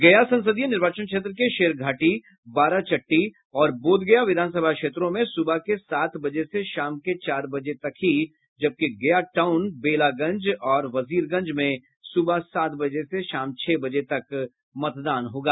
गया संसदीय निर्वाचन क्षेत्र के शेरघाटी बाराचट्टी और बोधगया विधानसभा क्षेत्रों में सुबह के सात बजे से शाम के चार बजे तक जबकि गया टाउन बेलागंज और वजिरगंज में सुबह सात बजे से शाम छह बजे तक मतदान होगा